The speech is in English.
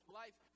life